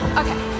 okay